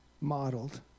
modeled